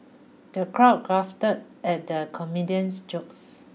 the crowd guffawed at the comedian's jokes